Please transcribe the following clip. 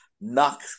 knock